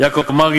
יעקב מרגי,